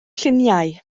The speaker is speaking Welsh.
lluniau